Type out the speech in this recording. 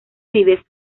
vives